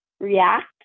react